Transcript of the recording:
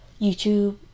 YouTube